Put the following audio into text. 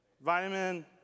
Vitamin